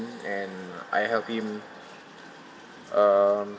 and I help him um